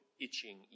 itching